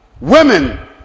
women